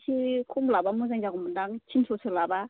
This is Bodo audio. इसे खम लाबा मोजां जागौमोनदां थिन स'सो लाबा